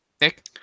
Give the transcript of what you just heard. Nick